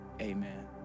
amen